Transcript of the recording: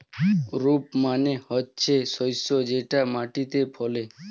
crop মানে হচ্ছে শস্য যেটা মাটিতে ফলে